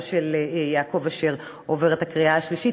של יעקב אשר עוברת את הקריאה השלישית,